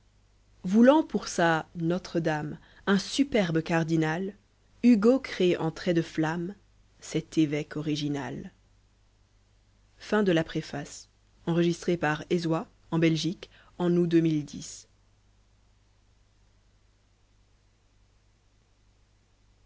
voulant pour sa notre dame un superbe cardinal hugo crée en traits de flamme cet évoque original